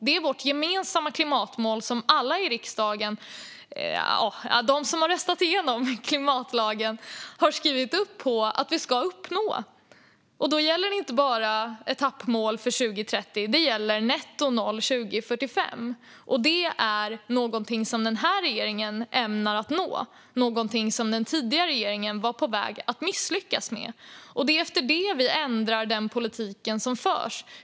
Det är vårt gemensamma klimatmål, som alla i riksdagen som röstat igenom klimatlagen har skrivit under på att vi ska uppnå. Då gäller det inte bara etappmål för 2030 utan även nettonoll 2045. Det är någonting som den här regeringen ämnar nå men som den tidigare regeringen var på väg att misslyckas med. Efter det ändrar vi vilken politik som förs.